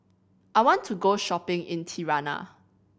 I want to go shopping in Tirana